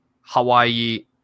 Hawaii